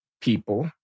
people